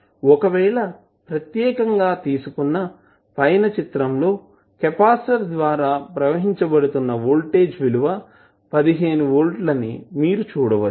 ఒకవేళ ప్రత్యేకంగా తీసున్నా పైన చిత్రం లో కెపాసిటర్ ద్వారా ప్రవహించబడుతున్న వోల్టేజ్ విలువ 15 వోల్ట్స్అని మీరు చూడవచ్చు